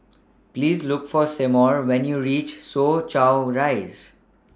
Please Look For Seymour when YOU REACH Soo Chow Rise